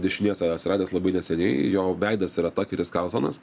dešinės atsiradęs labai neseniai jo veidas yra takeris kauzonas